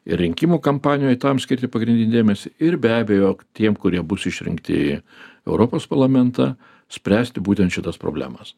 ir rinkimų kampanijoj tam skirti pagrindinį dėmesį ir be abejo tiem kurie bus išrinkti į europos parlamentą spręsti būtent šitas problemas